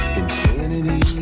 infinity